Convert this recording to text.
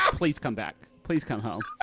ah please come back. please come home.